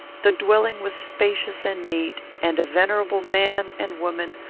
the dwelling was spacious and neat, and a venerable man and woman,